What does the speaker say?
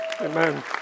Amen